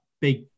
big